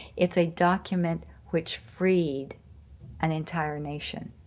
it's a document which freed and entire nation.